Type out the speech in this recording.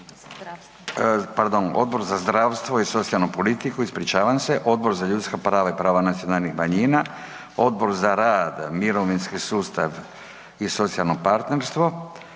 Odbor za zdravstvo i socijalnu politiku, ispričavam se, Odbor za ljudska prava i prava nacionalnih manjina, Odbor za rad, mirovinski sustav i socijalno partnerstvo,